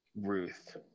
Ruth